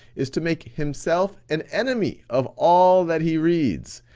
is to make himself an enemy of all that he reads,